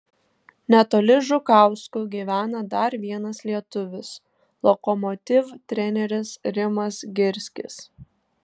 netoli žukauskų gyvena dar vienas lietuvis lokomotiv treneris rimas girskis